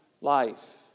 life